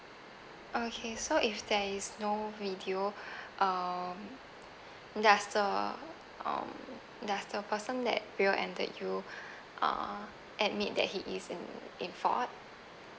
okay so if there is no video um does the um does the person that revert entered you uh admit that he is in in fault